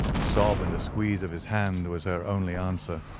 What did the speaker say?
a sob and a squeeze of his hand was her only answer.